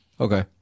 Okay